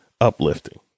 uplifting